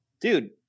dude